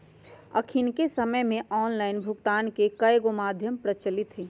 अखनिक समय में ऑनलाइन भुगतान के कयगो माध्यम प्रचलित हइ